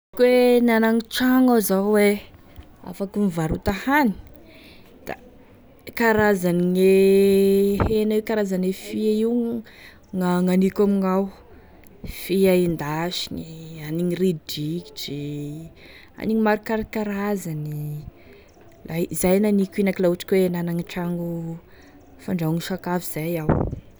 Koa e nanagny tragno iaho zao hoe, afaky gn'ivarota hany, da karazane hena io, karazane fia io gn'aniko amignao, fia endasigny, aniny ridritry, aniny maro karakarazany, zay e naniko inaky la ohatry ka hoe nanagny tragno fandrahoagny sakafo sakafo zay iaho.